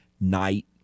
Night